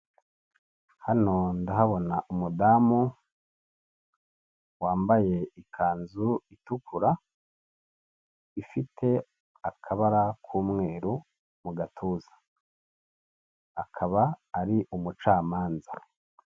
Hano ndahabona umudamu wambaye ikanzu itukura ifite akabara k'umweru mu gatuza, akaba ari umucamanza.